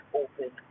open